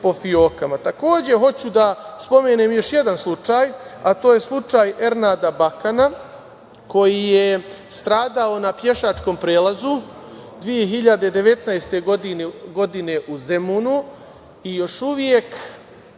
fiokama. Takođe, hoću da spomenem još jedan slučaj, a to je slučaj Ernada Bakana, koji je stradao na pešačkom prelazu 2019. godine u Zemunu i još uvek